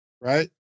Right